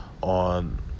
on